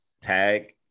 tag